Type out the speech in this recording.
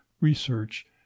research